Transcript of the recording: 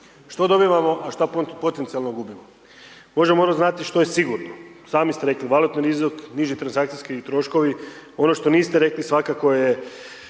Što dobivamo, a što potencijalno gubimo? Možda moramo znati što je sigurno, sami ste rekli valutni .../Govornik se ne razumije./..., niži transakcijski troškovi, ono što niste rekli svakako je,